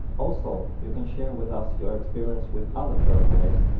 also, you can share with us your experience with other firmwares